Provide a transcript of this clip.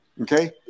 Okay